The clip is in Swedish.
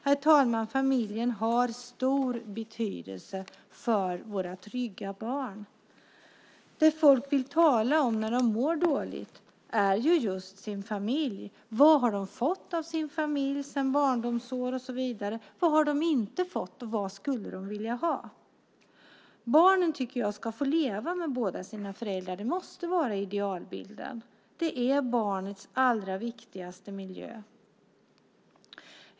Herr talman! Familjen har stor betydelse för att trygga barnen. Det folk vill tala om när de mår dåligt är just sin familj. Vad har de fått av sin familj sedan barndomsår och så vidare? Vad har de inte fått, och vad skulle de vilja ha? Barnen tycker jag ska få leva med båda sina föräldrar. Det måste vara idealbilden. Det är barnens allra viktigaste miljö.